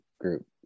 group